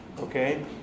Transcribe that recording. Okay